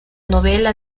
novela